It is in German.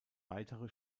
weitere